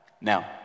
Now